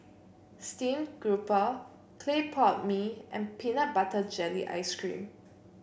stream Grouper Clay Pot Mee and Peanut Butter Jelly Ice cream